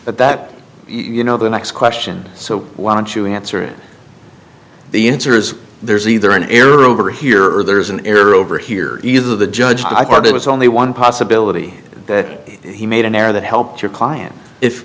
that you know the next question so why don't you answer it the answer is there's either an error over here or there is an error over here either the judge i thought it was only one possibility that he made an error that helps your client if